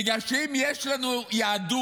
בגלל שאם יש לנו יהדות